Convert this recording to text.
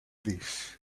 this